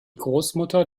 großmutter